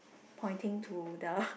pointing to the